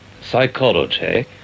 psychology